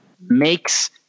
makes